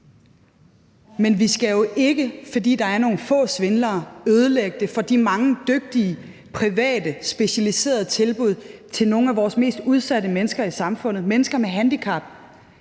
Men vi skal jo ikke, fordi der er nogle få svindlere, ødelægge det for de mange dygtige folk, der er i de private, specialiserede tilbud til nogle af vores mest udsatte mennesker i samfundet, mennesker med handicap,